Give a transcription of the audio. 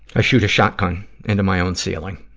i shoot a shotgun into my own ceiling.